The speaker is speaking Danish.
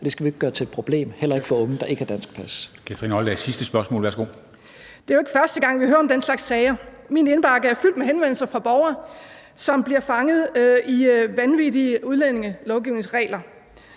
for sidste spørgsmål, værsgo. Kl. 13:24 Kathrine Olldag (RV): Det er jo ikke første gang, vi hører om den slags sager. Min indbakke er fyldt med henvendelser fra borgere, som bliver fanget i vanvittige udlændingelovgivningsregler.